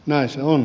näin se on